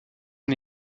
est